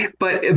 but